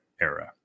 era